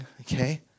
okay